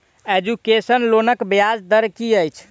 Education लोनक ब्याज दर की अछि?